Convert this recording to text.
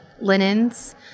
linens